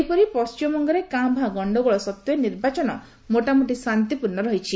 ସେହିପରି ପଶ୍ଚିମବଙ୍ଗରେ କାଁ ଭାଁ ଗଶ୍ଚଗୋଳ ସତ୍ତ୍ୱେ ନିର୍ବାଚନ ମୋଟାମୋଟି ଶାନ୍ତିପୂର୍ଣ୍ଣ ରହିଛି